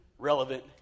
relevant